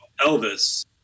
Elvis